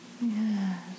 Yes